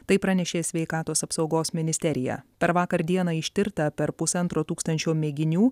tai pranešė sveikatos apsaugos ministerija per vakar dieną ištirta per pusantro tūkstančio mėginių